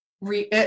re